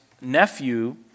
nephew